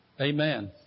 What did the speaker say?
Amen